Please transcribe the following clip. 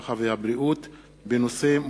הרווחה והבריאות בעקבות דיון מהיר בנושא: